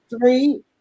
three